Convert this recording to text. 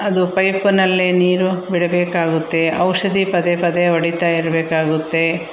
ಅದು ಪೈಪನಲ್ಲಿ ನೀರು ಬಿಡಬೇಕಾಗುತ್ತೆ ಔಷಧಿ ಪದೇ ಪದೇ ಹೊಡಿತಾ ಇರಬೇಕಾಗುತ್ತೆ